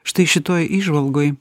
štai šitoje įžvalgoje